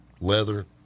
Leather